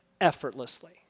effortlessly